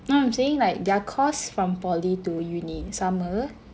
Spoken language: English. no I'm saying like their course from poly to uni sama